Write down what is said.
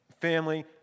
family